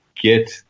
get